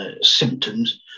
symptoms